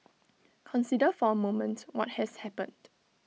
consider for A moment what has happened